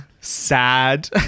sad